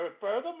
Furthermore